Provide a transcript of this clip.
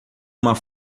uma